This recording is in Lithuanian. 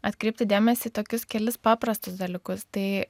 atkreipti dėmesį į tokius kelis paprastus dalykus tai